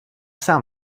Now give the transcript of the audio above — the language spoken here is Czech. sám